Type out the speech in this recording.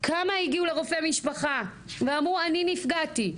כמה הגיעו לרופא משפחה ואמרו אני נפגעתי,